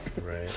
right